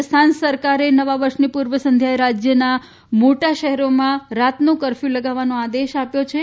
રાજસ્થાન સરકાર નવવર્ષની પૂર્વ સંધ્યાએ રાજ્યના મોટા શહેરોમાં રાતનો કફર્યુ લગાવવા આદેશ આપ્યો છિ